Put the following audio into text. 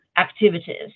activities